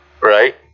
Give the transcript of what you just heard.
Right